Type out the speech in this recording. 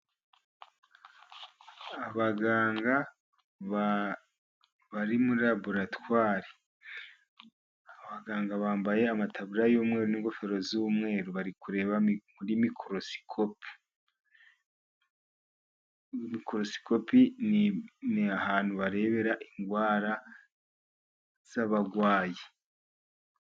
Abaganga bari muri laboratwari. Abaganga bambaye amataburiya y'umweru, n'ingofero z'umweru. Bari kureba muri mikorosikopi. Mikorosikopi ni ahantu barebera indwara z'abarwayi.